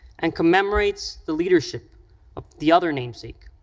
and commemorates the leadership of the other namesake,